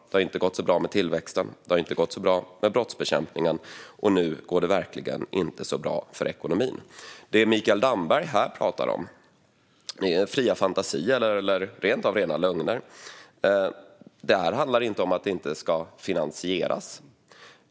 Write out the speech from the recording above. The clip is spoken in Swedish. Det har inte gått så bra med tillväxten, det har inte gått så bra med brottsbekämpningen, och nu går det verkligen inte så bra för ekonomin. Det Mikael Damberg här pratar om är fria fantasier eller rent av rena lögner. Det här handlar inte om att det inte ska finansieras.